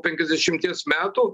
penkiasdešimties metų